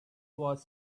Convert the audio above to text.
was